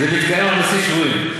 זה מתקיים על בסיס שבועי.